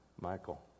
Michael